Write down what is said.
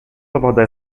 abordar